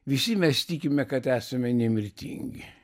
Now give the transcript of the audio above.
visi mes tikime kad esame nemirtingi